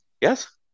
Yes